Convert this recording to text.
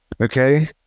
Okay